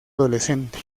adolescente